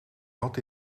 had